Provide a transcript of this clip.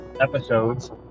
episodes